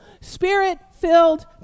spirit-filled